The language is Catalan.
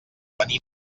venim